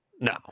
No